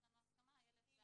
איילת.